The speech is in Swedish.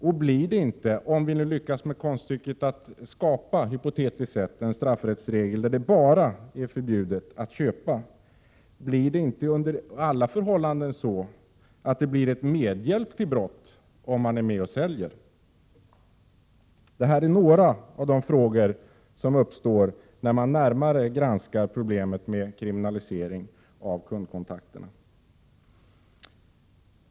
Och om vi lyckas med konststycket att hypotetiskt sett skapa en straffrättsregel enligt vilken det bara är förbjudet att köpa — blir det inte under alla förhållanden fråga om medhjälp till brott om man är med och säljer? Detta är några av de frågor som uppstår när man närmare granskar problemet med kriminalisering av kundkontakterna.